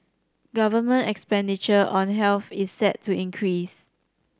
government expenditure on health is set to increase